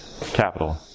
capital